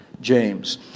James